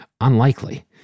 Unlikely